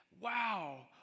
wow